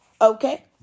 okay